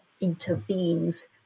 intervenes